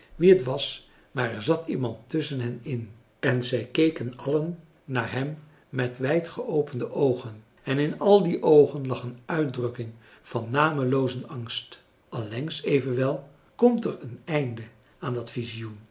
wie het was maar er zat iemand tusschen hen in en zij keken allen naar hem met wijdgeopende oogen en in al die oogen lag een uitdrukking van nameloozen angst allengs evenwel komt er een einde aan dat visioen